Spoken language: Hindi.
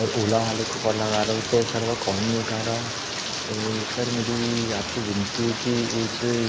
और ओला वाले को कौल लगा रहा तो सर वो कौल नहीं उठा रहा है तो सर मेरी आपसे विनती है कि उसे